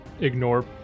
ignore